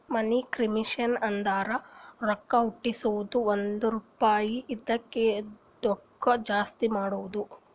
ಮನಿ creation ಅಂದುರ್ ರೊಕ್ಕಾ ಹುಟ್ಟುಸದ್ದು ಒಂದ್ ರುಪಾಯಿ ಇದಿದ್ದುಕ್ ಜಾಸ್ತಿ ಮಾಡದು